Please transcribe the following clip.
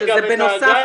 זה כולל גם את האג"חים.